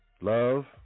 love